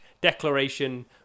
Declaration